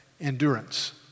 endurance